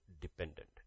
dependent